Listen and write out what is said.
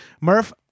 Murph